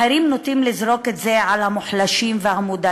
אחרים נוטים לזרוק את זה על המוחלשים והמודרים